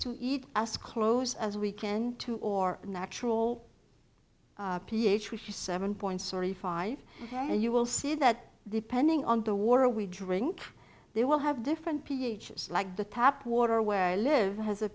to eat as close as we can to or natural ph which is seven point sorry five and you will see that depending on the war we drink they will have different ph is like the tap water where i live it has a